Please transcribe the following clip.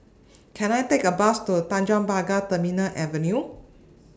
Can I Take A Bus to Tanjong Pagar Terminal Avenue